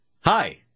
hi